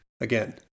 Again